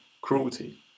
cruelty